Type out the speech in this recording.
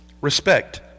Respect